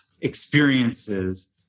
experiences